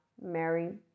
Mary